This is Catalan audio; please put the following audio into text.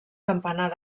campanar